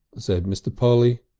said mr. polly,